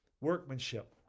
workmanship